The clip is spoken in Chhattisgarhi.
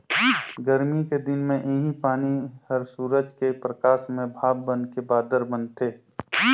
गरमी के दिन मे इहीं पानी हर सूरज के परकास में भाप बनके बादर बनथे